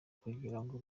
kugirango